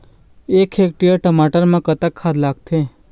एक हेक्टेयर टमाटर म कतक खाद लागथे?